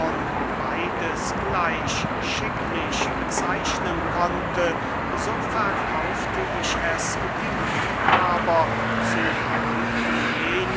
beides gleich schicklich bezeichnen konnte so verkaufte ich es dem liebhaber zu